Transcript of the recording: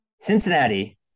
Cincinnati